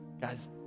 guys